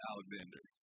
Alexander